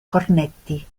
cornetti